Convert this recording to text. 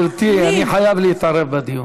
גברתי, אני חייב להתערב בדיון,